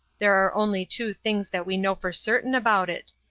there are only two things that we know for certain about it.